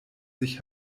sich